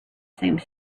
same